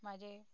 माझे